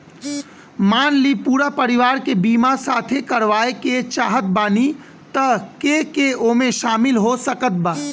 मान ली पूरा परिवार के बीमाँ साथे करवाए के चाहत बानी त के के ओमे शामिल हो सकत बा?